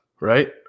right